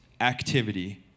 activity